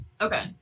Okay